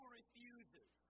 refuses